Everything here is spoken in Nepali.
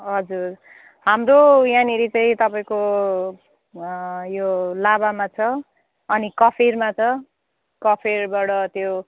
हजुर हाम्रो यहाँनिर चाहिँ तपाईँको यो लाभामा छ अनि कफेरमा छ कफेरबाट त्यो